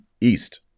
east